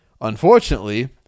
Unfortunately